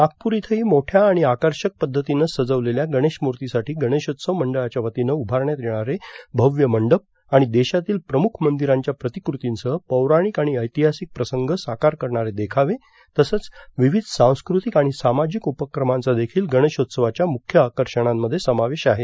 नागपूर इथंही मोठ्या आणि आकर्षक पध्दतीनं सजवलेल्या गणेशमूर्तीसाठी गणेशोत्सव मंडळांच्या वतीनं उभारण्यात येणारे भव्य मंडप आणि देशातील प्रमुख मंदिरांच्या प्रतिकृतींसह पौराणिक आणि ऐतिहासिक प्रसंग साकार करणारे देखावे तसंच विविध सांस्कृतिक आणि सामाजिक उपक्रमांचा देखील गणेशोत्सवाच्या म्रुख्य आकर्षणांमध्ये समावेश आहे